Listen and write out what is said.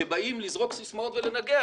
כשבאים לזרוק סיסמאות ולנגח,